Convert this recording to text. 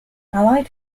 allied